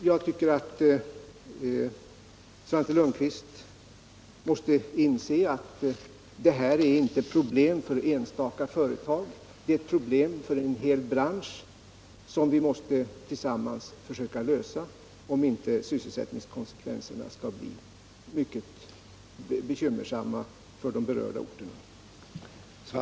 Jag tycker att Svante Lundkvist måste inse att det här inte är ett problem för enstaka företag. Det är ett problem för en hel bransch, som vi måste försöka lösa tillsammans om inte sysselsättningskonsekvenserna skall bli mycket bekymmersamma för de berörda orterna.